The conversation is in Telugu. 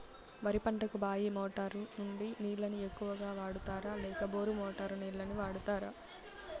వరి పంటకు బాయి మోటారు నుండి నీళ్ళని ఎక్కువగా వాడుతారా లేక బోరు మోటారు నీళ్ళని వాడుతారా?